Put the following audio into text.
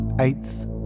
eighth